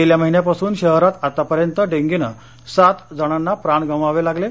गेल्या महिन्यापासून शहरांत आतापर्यंत डेंगीनं सातजणांना प्राण गमवावे लागले आहेत